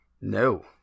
No